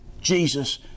Jesus